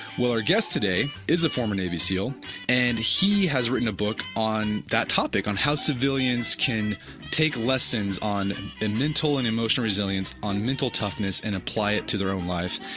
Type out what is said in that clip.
well, our guest today is a former navy seal and he has written a book on that topic on how civilians can take lessons on the and mental and emotional resilience on mental toughness and apply it to their own life.